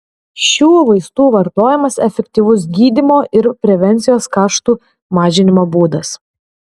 šių vaistų vartojimas efektyvus gydymo ir prevencijos kaštų mažinimo būdas